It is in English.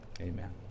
amen